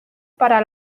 para